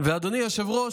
ואדוני היושב-ראש,